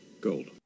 gold